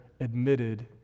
admitted